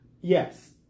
Yes